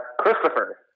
Christopher